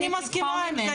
אני מסכימה עם זה,